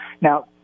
now